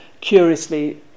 curiously